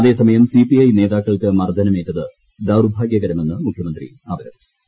അതേസമയം സിപിഐ നേതാക്കൾക്ക് മർദ്ദനമേറ്റത് ദൌർഭാഗ്യകരമെന്ന് മുഖ്യമന്ത്രി അപലപിച്ചു